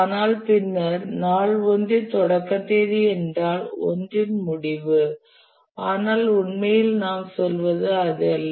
ஆனால் பின்னர் நாள் 1 இன் தொடக்க தேதி என்றால் நாள் 1 இன் முடிவு ஆனால் உண்மையில் நாம் சொல்வது அது அல்ல